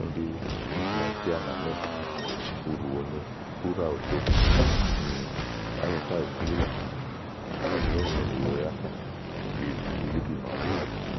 úni ɖí iku ma ɔmi fíà nà nɔémì, ùɖùènyo, úɖàòto, nì àjafá eflílɔ, kà nyó ùŋonì wèe ákà li bulíbi màawu búáá àɖì